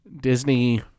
disney